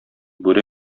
бүре